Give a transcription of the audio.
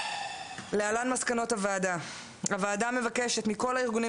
להלן מסקנות הוועדה: הוועדה מבקשת מכל הארגונים